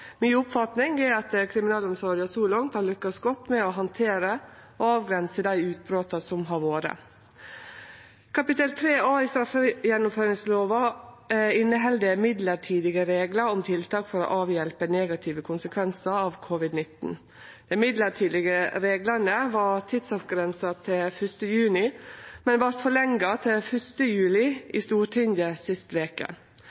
Mi oppfatning er at kriminalomsorga så langt har lukkast godt med å handtere og avgrense dei utbrota som har vore. Kapittel 3 A i straffegjennomføringslova inneheld mellombelse reglar om tiltak for å avhjelpe negative konsekvensar av covid-19. Dei mellombelse reglane var tidsavgrensa til 1. juni, men vart forlengde til 1. juli